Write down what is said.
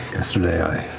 yesterday i